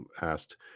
asked